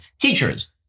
Teachers